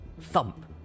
Thump